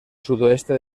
sudoeste